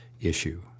issue